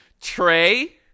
Trey